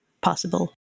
possible